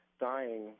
dying